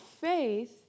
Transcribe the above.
faith